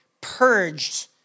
purged